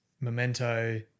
memento